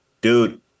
dude